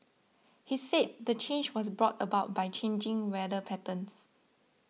he said the change was brought about by changing weather patterns